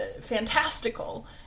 fantastical